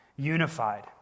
unified